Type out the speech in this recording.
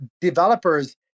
developers